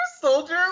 Soldier